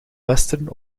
western